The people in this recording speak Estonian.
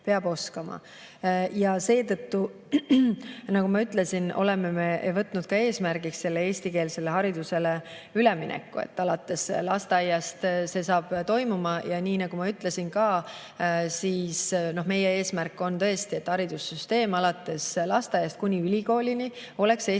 Ja seetõttu, nagu ma ütlesin, oleme me võtnud eesmärgiks eestikeelsele haridusele ülemineku, et alates lasteaiast see saab toimuma. Nii nagu ma ka ütlesin, siis meie eesmärk on, et haridussüsteem alates lasteaiast kuni ülikoolini oleks eestikeelne.